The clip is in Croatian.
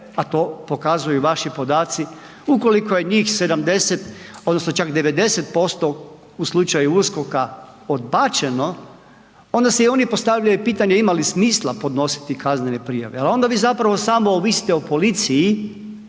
a to pokazuju i vaši podaci, ukoliko je njih 70 odnosno čak 90% u slučaju USKOK-a odbačeno onda si i oni postavljaju pitanje ima li smisla podnositi kaznene prijave, al onda vi zapravo samo ovisite o policiji,